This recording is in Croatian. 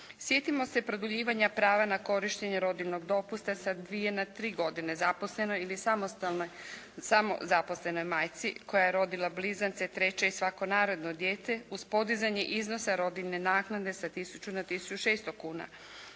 Sjetimo se produljivanja prava na korištenje rodiljnog dopusta sa dvije na tri godine zaposlenoj ili samozaposlenoj majci koja je rodila blizance, treće i svako naredno dijete uz podizanje iznosa rodiljne naknade sa tisuću na